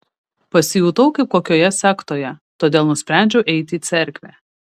pasijutau kaip kokioje sektoje todėl nusprendžiau eiti į cerkvę